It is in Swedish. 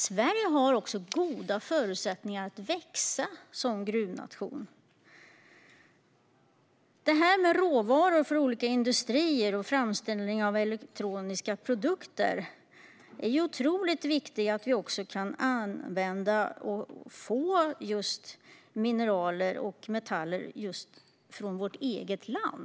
Sverige har också goda förutsättningar att växa som gruvnation. När det gäller råvaror för olika industrier och framställning av elektroniska produkter är det viktigt att vi kan använda och få mineraler och metaller från vårt eget land.